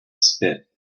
spit